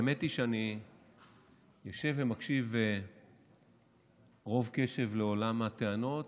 האמת היא שאני יושב ומקשיב רוב קשב לעולם הטענות